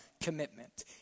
commitment